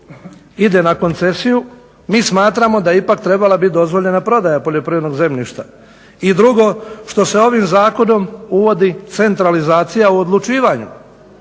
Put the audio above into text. ide na koncesiju. Mi smatramo da je ipak trebala biti dozvoljena prodaja poljoprivrednog zemljišta. I drugo što se ovim zakonom uvodi centralizacija u odlučivanju